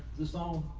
the song